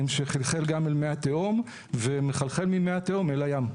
שחלחל גם אל מי התהום ומחלחל ממי התהום אל הים,